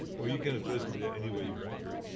well, you can address me any way you want.